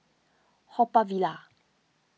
Haw Par Villa